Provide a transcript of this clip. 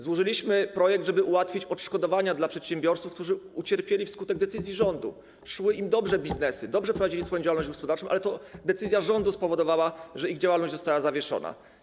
Złożyliśmy projekt, żeby ułatwić wypłatę odszkodowań dla przedsiębiorców, którzy ucierpieli wskutek decyzji rządu - szły im dobrze biznesy, dobrze prowadzili swoją działalność gospodarczą, ale to decyzja rządu spowodowała, że ich działalność została zawieszona.